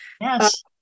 Yes